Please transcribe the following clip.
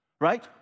right